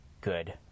good